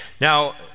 Now